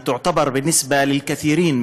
הם הצליחו לעבור את המכשול הזה,